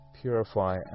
Purify